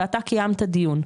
ואתה קיימת דיון.